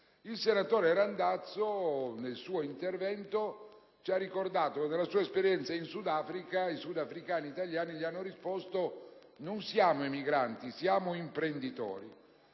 Il senatore Randazzo nel suo intervento ci ha ricordato che nella sua esperienza in Sudafrica i sudafricani italiani gli hanno risposto di non essere emigranti, ma imprenditori.